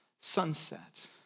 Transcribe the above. sunset